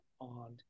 on